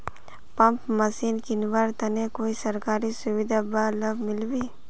Pump machine किनवार तने कोई सरकारी सुविधा बा लव मिल्बी?